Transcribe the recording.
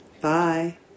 Bye